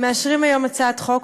מאשרים היום הצעת חוק,